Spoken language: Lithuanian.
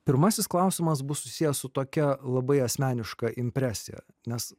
pirmasis klausimas bus susiję su tokia labai asmeniška impresija nes